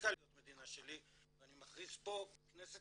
הפסיקה להיות מדינה שלי ואני מכריז פה בכנסת